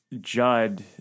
Judd